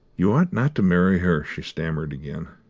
you ought not to marry her, she stammered again.